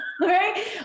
Right